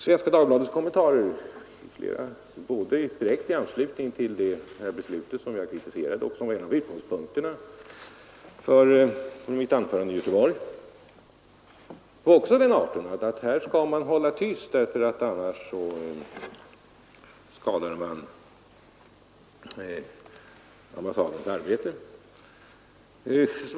Svenska Dagbladets kommentarer i anslutning till det här beslutet som jag kritiserade och som var en av utgångspunkterna för mitt anförande i Göteborg, gick också ut på att man skulle hålla tyst; annars skadade man ambassadens arbete.